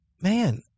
man